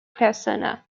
persona